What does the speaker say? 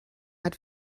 hat